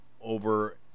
over